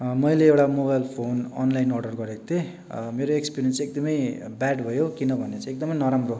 मैले एउटा mobile phone online order गरेको थिएँ मेरो एक्सपिरियन्स एकदमै ब्याड भयो किनभने चाहिँ एकदमै नराम्रो